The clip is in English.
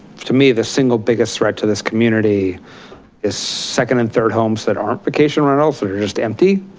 to me, the single biggest threat to this community is second and third homes that aren't vacation rentals that are just empty